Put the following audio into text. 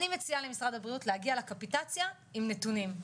אני מציעה למשרד הבריאות להגיע לקפיטציה עם נתונים.